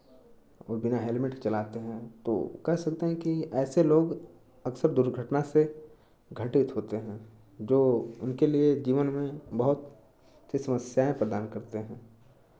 और बिना हेलमेट के चलाते हैं तो कह सकते हैं कि ऐसे लोग अक्सर दुर्घटना से घटित होते हैं जो उनके लिए जीवन में बहुत से समस्याएँ प्रदान करते हैं